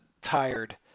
tired